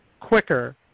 quicker